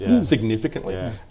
significantly